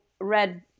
Red